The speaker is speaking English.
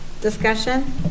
Discussion